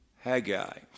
Haggai